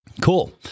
Cool